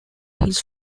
his